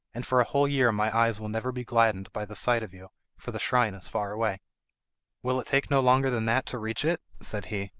and for a whole year my eyes will never be gladdened by the sight of you, for the shrine is far away will it take no longer than that to reach it said he.